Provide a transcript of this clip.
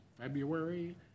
February